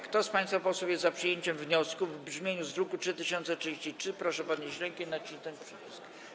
Kto z państwa posłów jest za przyjęciem wniosku w brzmieniu z druku nr 3033, proszę podnieść rękę i nacisnąć przycisk.